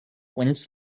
whens